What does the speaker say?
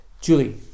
Julie